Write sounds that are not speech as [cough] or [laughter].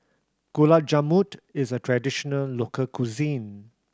Gulab [unintelligible] is a traditional local cuisine